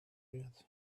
yet